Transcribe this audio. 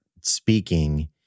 speaking